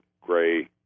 gray